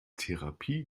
therapie